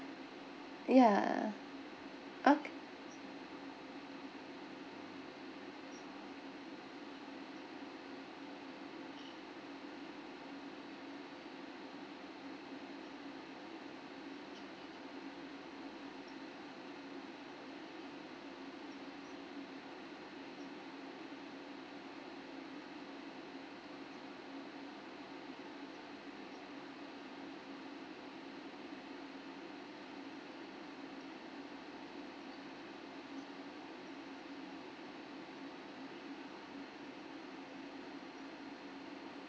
ya ok~